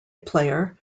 player